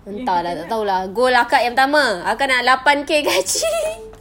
entah lah tak tahu lah goal akak yang pertama akak nak lapan K gaji